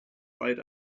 right